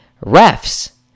refs